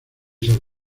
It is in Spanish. san